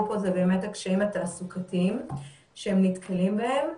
פה זה באמת הקשיים התעסוקתיים שהם נתקלים בהם.